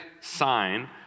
sign